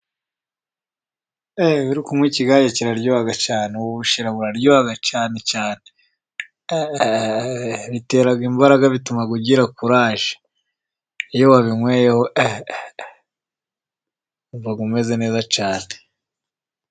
iyo uri kunywa ikigage kiraryoha cyane, ubu bushera buraryoha cyane cyane, bitera imbaraga bituma ugira kuraje, iyo wabinyweyeho wumva umeze cyane.